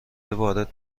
وارد